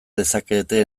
dezakete